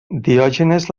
diògenes